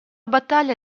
battaglia